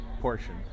portion